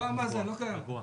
כפר מאזן לא קיים.